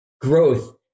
growth